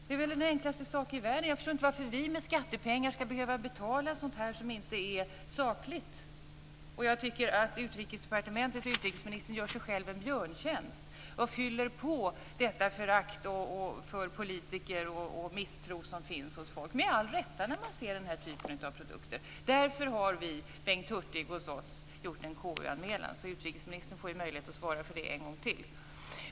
Det är väl den enklaste sak i världen. Jag förstår inte varför vi med skattepengar skall behöva betala sådant som inte är sakligt. Och jag tycker att Utrikesdepartementet och utrikesministern gör sig själva en björntjänst och fyller på det förakt och den misstro mot politiker som finns hos folk, med all rätt när man ser den här typen av produkter. Därför har Vänsterpartiets Bengt Hurtig gjort en KU-anmälan, så utrikesministern får möjlighet att svara för detta en gång till.